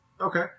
Okay